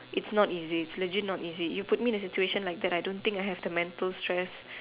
it's not easy it's legit not easy you put me in a situation like that I don't think I have the mental stress